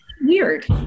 weird